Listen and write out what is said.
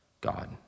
God